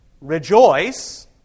rejoice